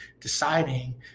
deciding